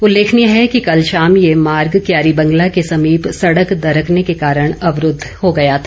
उल्लेखनीय है कि कल शाम ये मार्ग क्यारीबंगला के समीप सड़क दरकने के कारण अवरूद्व हो गया था